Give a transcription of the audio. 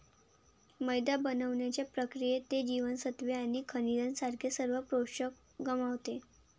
मैदा बनवण्याच्या प्रक्रियेत, ते जीवनसत्त्वे आणि खनिजांसारखे सर्व पोषक गमावते